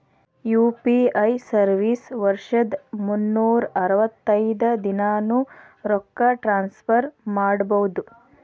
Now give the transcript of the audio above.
UPI service ವರ್ಷದ್ ಮುನ್ನೂರ್ ಅರವತ್ತೈದ ದಿನಾನೂ ರೊಕ್ಕ ಟ್ರಾನ್ಸ್ಫರ್ ಮಾಡ್ಬಹುದು